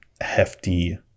hefty